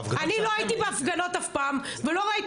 אני לא הייתי בהפגנות אף פעם ולא ראיתי